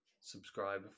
subscribe